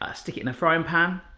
ah stick it in a fryin' pan.